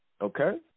okay